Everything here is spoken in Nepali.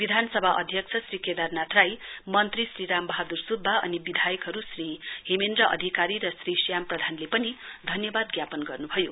विधानसभा अध्यक्ष श्री केदारनाथ राई मंत्री श्री रामबहादुर सुब्बाअनि विधायकहरु श्री हेमेन्द्र अधिकारी र श्री श्याम प्रधानले पनि धन्यवाद ज्ञापन गर्नुभयो